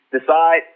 decide